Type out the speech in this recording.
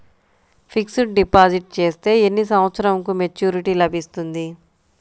Fixed deposit చేస్తే ఎన్ని సంవత్సరంకు మెచూరిటీ లభిస్తుంది?